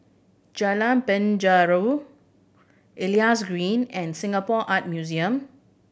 Jalan Penjara Elias Green and Singapore Art Museum